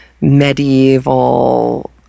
medieval